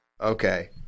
Okay